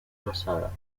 rosada